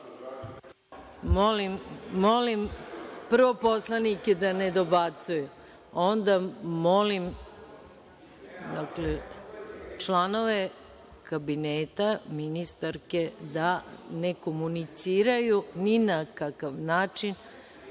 Molim poslanike da ne dobacuju, članove Kabineta ministarke, da ne komuniciraju ni na kakav način